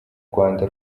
rwanda